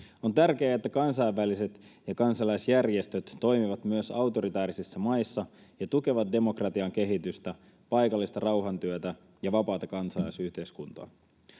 On tärkeää, että kansainväliset ja kansalaisjärjestöt toimivat myös autoritäärisissä maissa ja tukevat demokratian kehitystä, paikallista rauhantyötä ja vapaata kansalaisyhteiskuntaa.